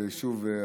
שוב,